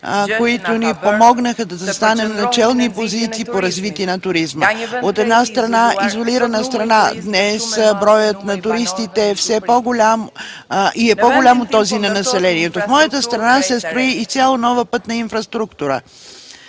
които ни помогнаха да застанем на челни позиции по развитие на туризма. От една крайно изолирана страна, днес броят на туристите е по-голям от този на населението. В моята страна се строи изцяло нова пътна инфраструктура,